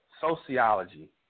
sociology